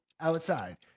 outside